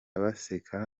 baseka